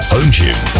Hometune